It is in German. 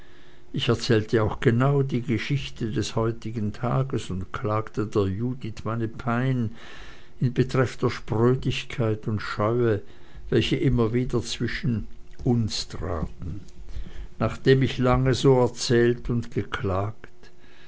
ich erzählte auch genau die geschichte des heutigen tages und klagte der judith meine pein in betreff der sprödigkeit und scheue welche immer wieder zwischen uns traten nachdem ich lange so erzählt und geklagt